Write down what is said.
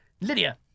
Lydia